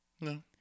No